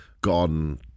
gone